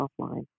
offline